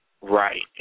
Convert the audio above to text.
Right